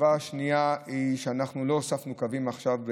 התשובה השנייה היא שאנחנו לא הוספנו קווים עכשיו,